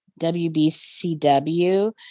WBCW